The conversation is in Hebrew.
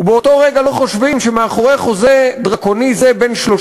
ובאותו רגע לא חושבים שמאחורי חוזה דרקוני זה בן 30